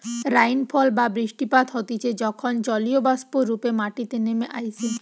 rainfall বা বৃষ্টিপাত হতিছে যখন জলীয়বাষ্প রূপে মাটিতে নেমে আইসে